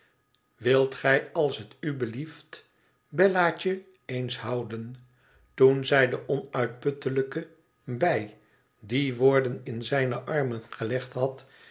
wilt gij als t u blieft bellaatje eens houden toen zij de onuitputtelijke bij die woorden in zijne armen gelegd had